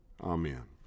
Amen